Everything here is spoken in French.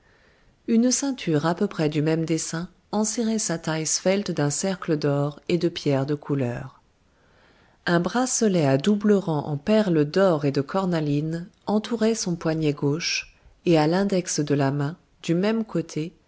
une ceinture à peu près du même dessin enserrait sa taille svelte d'un cercle d'or et de pierres de couleur un bracelet à double rang en perles d'or et de cornaline entourait son poignet gauche et à l'index de la main du même côté